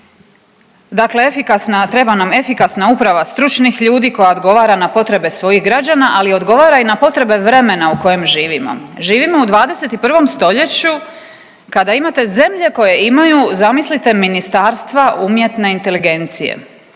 efikasna treba nam efikasna uprava stručnih ljudi koja odgovara na potrebe svojih građana, ali odgovara i na potrebe vremena u kojem živimo. Živimo u 21. stoljeću kada imate zemlje koje imaju zamislite ministarstva umjetne inteligencije,